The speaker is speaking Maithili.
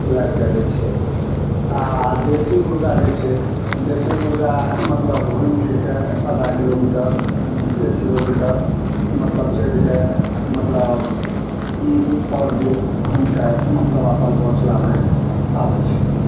लाबि कऽ दै छै आ देशी मुर्गा जे छै देशी मुर्गा मतलब घुमि फिर कऽ आधा किलो मीटर एक किलो मीटर मतलब चरिके मतलब पर डे घुमि कऽ मतलब अपन घोसलामे आबैत छै